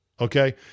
Okay